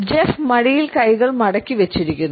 Jeff മടിയിൽ കൈകൾ മടക്കി വെച്ചിരിക്കുന്നു